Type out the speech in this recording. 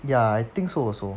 ya I think so also